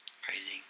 Crazy